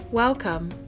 Welcome